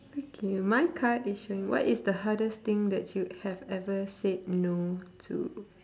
okay my card is showing what is the hardest thing that you have ever said no to